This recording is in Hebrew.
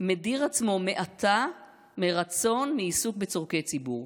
מדיר עצמו מעתה מרצון מעיסוק בצורכי ציבור".